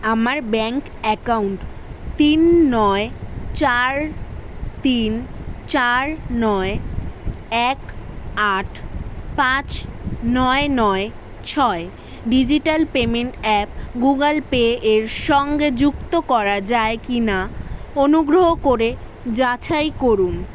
আমার bank account তিন নয় চার তিন চার নয় এক আট পাঁচ নয় নয় ছয় digital payment app Google Pay এর সঙ্গে যুক্ত করা যায় কি না অনুগ্রহ করে যাচাই করুন